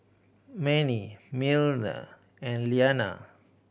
Manie Miller and Iyanna